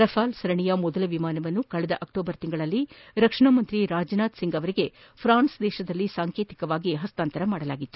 Rafale ಸರಣಿಯ ಮೊದಲ ವಿಮಾನವನ್ನು ಕಳೆದ ಅಕ್ಟೋಬರ್ನಲ್ಲಿ ರಕ್ಷಣಾ ಸಚಿವ ರಾಜನಾಥ್ಸಿಂಗ್ ಅವರಿಗೆ ಪ್ರಾನ್ಸೆನಲ್ಲಿ ಸಾಂಕೇತಿಕವಾಗಿ ಹಸ್ತಾಂತರಿಸಲಾಗಿತ್ತು